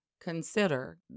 consider